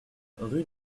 rue